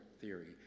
theory